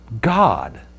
God